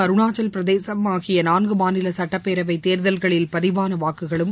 அருணாச்சலப்பிரதேசம் ஆகியநான்குமாநிலசுட்டப்பேரவைத் தேர்தல்களில் பதிவானவாக்குகளும்